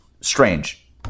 strange